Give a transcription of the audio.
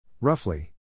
Roughly